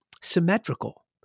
symmetrical